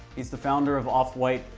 he's the founder of off-white,